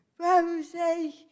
Rosie